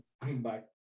Bye